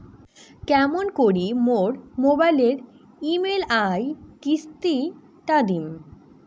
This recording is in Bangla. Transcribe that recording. কেমন করি মোর মোবাইলের ই.এম.আই কিস্তি টা দিম?